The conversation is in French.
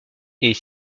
est